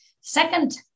Second